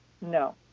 No